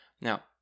Now